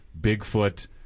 Bigfoot